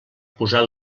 posar